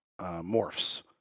morphs